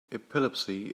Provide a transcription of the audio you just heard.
epilepsy